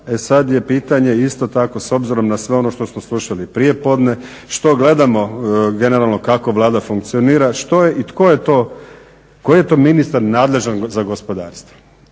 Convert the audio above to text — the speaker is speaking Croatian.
e sada je pitanje isto tako s obzirom na sve ono što smo slušali prijepodne što gledamo generalno kako Vlada funkcionira što je i koji je to ministar nadležan za gospodarstvo.